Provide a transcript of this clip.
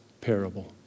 parable